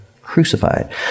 crucified